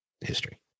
history